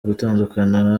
gutandukana